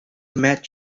met